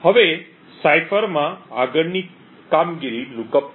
હવે સાઇફરમાં આગળની કામગીરી લુકઅપ ટેબલ છે